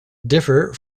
differ